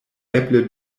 eble